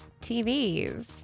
TVs